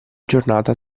giornata